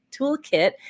toolkit